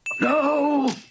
No